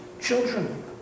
children